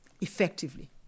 effectively